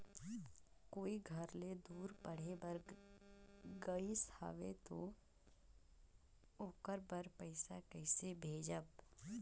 कोई घर ले दूर पढ़े बर गाईस हवे तो ओकर बर पइसा कइसे भेजब?